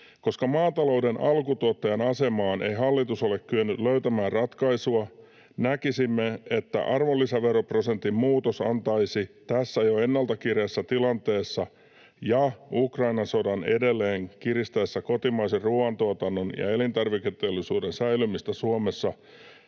Koska maatalouden alkutuottajan asemaan ei hallitus ole kyennyt löytämään ratkaisua, näkisimme, että arvonlisäveroprosentin muutos antaisi tässä jo ennalta kireässä tilanteessa ja Ukrainan sodan edelleen kiristäessä kotimaisen ruuantuotannon ja elintarviketeollisuuden säilymistä Suomessa